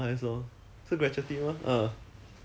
ah ah ex gratia ex gratia